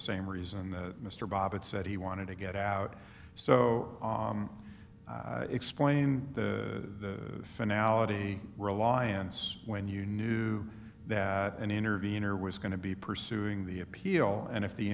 same reason that mr bobbitt said he wanted to get out so explain the finale reliance when you knew that and intervener was going to be pursuing the appeal and if the